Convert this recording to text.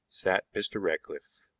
sat mr. ratcliffe.